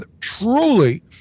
truly